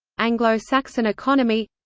anglo-saxon economy